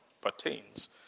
pertains